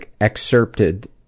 excerpted